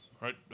right